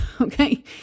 okay